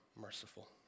merciful